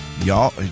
Y'all